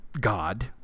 God